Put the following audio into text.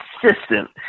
consistent